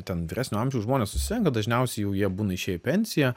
ten vyresnio amžiaus žmonės susirenka dažniausiai jau jie būna išėję į pensiją